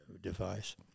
device